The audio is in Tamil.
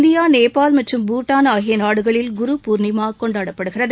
இந்தியா நேபாள் மற்றும் பூட்டான் ஆகிய நாடுகளில் பூர்ணிமா குரு கொண்டாடப்படுகிறது